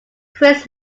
chris